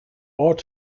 ought